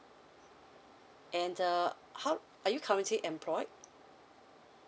and uh how are you currently employed